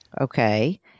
Okay